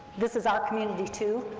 this is our community, too,